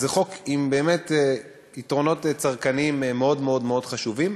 אז זה חוק עם יתרונות צרכניים מאוד מאוד מאוד חשובים,